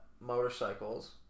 motorcycles